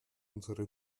unsere